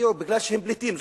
הגיעו בגלל שהם פליטים.